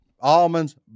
Almonds